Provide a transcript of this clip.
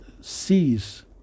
sees